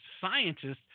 scientists